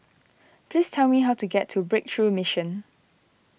please tell me how to get to Breakthrough Mission